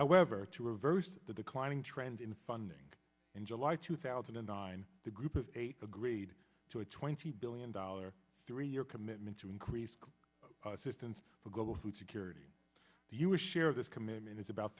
however to reverse the declining trend in funding in july two thousand and nine the group of eight agreed to a twenty billion dollars three year commitment to increase assistance for global food security the u s share of this commitment is about